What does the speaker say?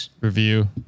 review